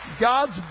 God's